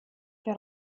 que